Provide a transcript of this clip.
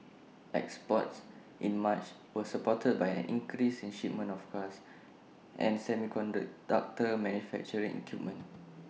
exports in March were supported by an increase in shipments of cars and semiconductor manufacturing equipment